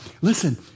Listen